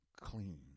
clean